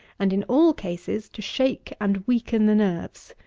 and in all cases, to shake and weaken the nerves.